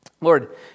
Lord